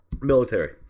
Military